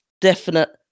Definite